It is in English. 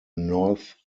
north